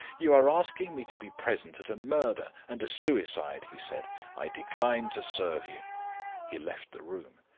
you are asking me to be present at a murder and a suicide he said i decline to serve you he left the room.